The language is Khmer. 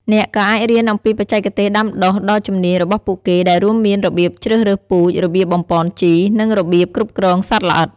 អ្នកក៏អាចរៀនអំពីបច្ចេកទេសដាំដុះដ៏ជំនាញរបស់ពួកគេ ដែលរួមមានរបៀបជ្រើសរើសពូជ របៀបបំប៉នដី និងរបៀបគ្រប់គ្រងសត្វល្អិត។